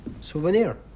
Souvenir